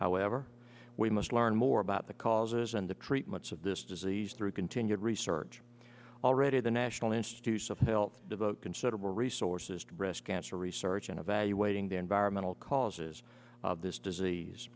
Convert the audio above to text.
however we must learn more about the causes and the treatments of this disease through continued research already the national institutes of health devote considerable resources to breast cancer research and evaluating the environmental causes of this disease